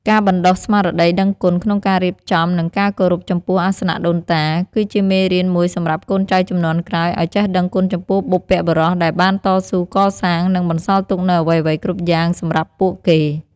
ការបណ្តុះស្មារតីដឹងគុណក្នុងការរៀបចំ និងការគោរពចំពោះអាសនៈដូនតា គឺជាមេរៀនមួយសម្រាប់កូនចៅជំនាន់ក្រោយឲ្យចេះដឹងគុណចំពោះបុព្វបុរសដែលបានតស៊ូកសាង និងបន្សល់ទុកនូវអ្វីៗគ្រប់យ៉ាងសម្រាប់ពួកគេ។